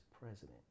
president